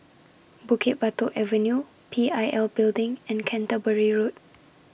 Bukit Batok Avenue P I L Building and Canterbury Road